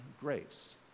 grace